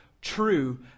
true